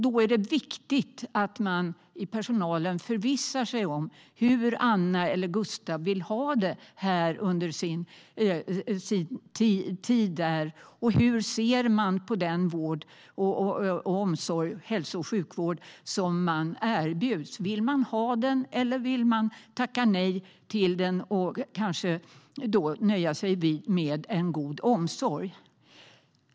Då är det viktigt att personalen förvissar sig om hur Anna eller Gustav vill ha det under sin tid där och hur de ser på den vård, omsorg och hälso och sjukvård som de erbjuds. Vill de ha den, eller vill de tacka nej till den och kanske nöja sig med en god omsorg?